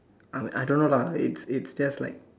I I don't know lah it's it's just like